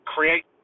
create